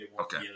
Okay